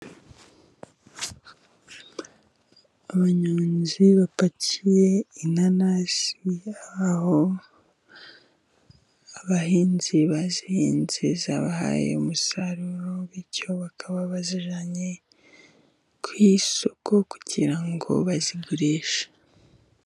Abanyozi bapakiye inanasi, aho abahinzi bazihinze zabahaye umusaruro, bityo bakaba bazijyanye ku isoko kugira ngo bazigurishe.